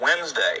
Wednesday